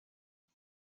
oes